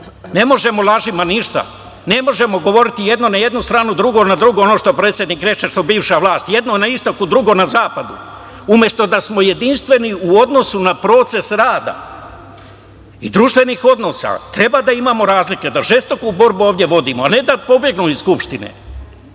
Ne možemo lažima ništa. Ne možemo govoriti jedno na jednu stranu, drugi na drugo, ono što predsednik reče, bivša vlast, jedno na istoku, drugo na zapadu, umesto da smo jedinstveni u odnosu na proces rada i društvenih odnosa. Treba da imamo razlike, da žestoku borbu ovde vodimo, a ne da pobegnu iz Skupštine. Jel